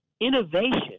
innovation –